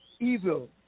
evil